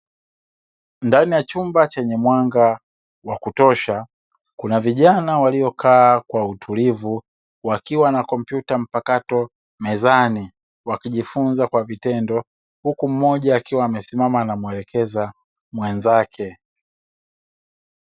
Ndani ya chumba chenye mwanga wa kutosha, kuna vijana waliokaaa kwa utulivu wakiwa na kompyuta mpakato mezani, huku mmoja akiwa amesimama anamuelekeza mwenzake.